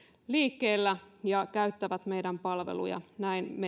liikkeellä ja käyttävät palveluja näin